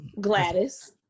Gladys